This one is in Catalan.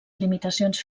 limitacions